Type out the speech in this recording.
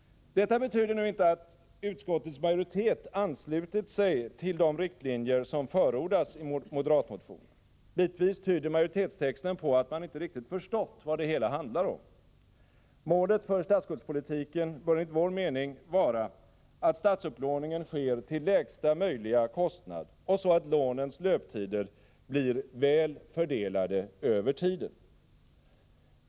Detta betyder nu inte att utskottets majoritet anslutit sig till de riktlinjer som förordas i moderatmotionen. Bitvis tyder majoritetstexten på att man inte riktigt förstått vad det hela handlar om. Målet för statsskuldspolitiken bör enligt vår mening vara att statsupplåningen sker till lägsta möjliga kostnad och så att lånens löptider blir väl fördelade över tiden.